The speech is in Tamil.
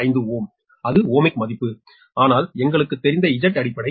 5Ω அது ஓமிக் மதிப்பு ஆனால் எங்களுக்குத் தெரிந்த Z அடிப்படை 10